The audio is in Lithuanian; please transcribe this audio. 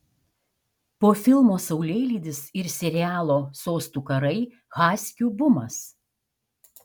po filmo saulėlydis ir serialo sostų karai haskių bumas